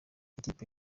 ikipe